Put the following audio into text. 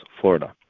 Florida